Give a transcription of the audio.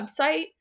website